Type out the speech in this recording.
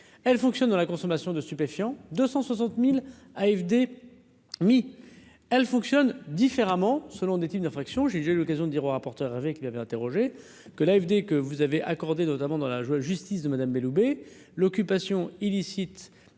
elles fonctionnent dans la consommation de stupéfiants 260000 AFD mis elle fonctionne différemment selon des types d'infractions, j'ai déjà eu l'occasion de dire au rapport. Avec lui, avait interrogé que l'AFD que vous avez accordée notamment dans la justice de Madame Belloubet l'occupation illicite